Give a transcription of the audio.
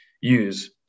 use